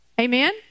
Amen